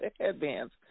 headbands